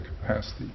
capacity